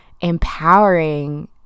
empowering